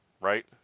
right